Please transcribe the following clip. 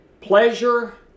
pleasure